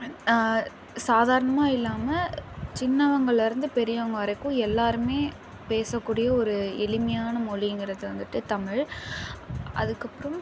சாதாரணமாக இல்லாமல் சின்னவங்கள்லேருந்து பெரியவங்க வரைக்கும் எல்லாருமே பேசக்கூடிய ஒரு எளிமையான மொழிங்கிறது வந்துவிட்டு தமிழ் அதற்கப்றோம்